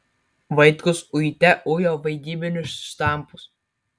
vaitkus uite ujo vaidybinius štampus